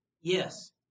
Yes